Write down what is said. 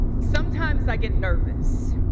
sometimes i get nervous,